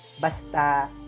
basta